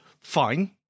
Fine